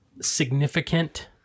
significant